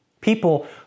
People